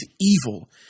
evil